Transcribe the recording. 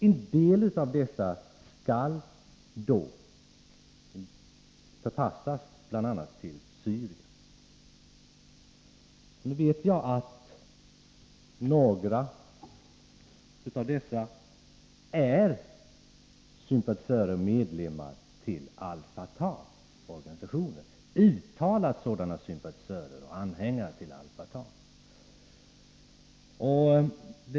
En del av dessa skall förpassas till Syrien. Jag vet att några av dem är uttalade sympatisörer till och anhängare av Al Fatah.